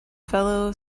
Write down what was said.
fellow